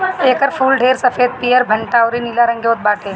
एकर फूल ढेर सफ़ेद, पियर, भंटा अउरी नीला रंग में होत बाटे